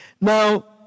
Now